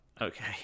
Okay